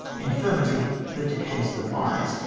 infirmity, that decays the wise,